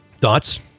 Thoughts